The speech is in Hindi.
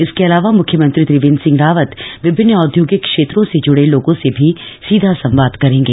इसके अलावा मुख्यमंत्री त्रिवेंद्र सिंह रावत विभिन्न औद्योगिक क्षेत्रों से जुड़े लोगों से भी सीधा संवाद करेंगे